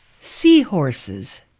Seahorses